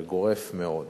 זה גורף מאוד.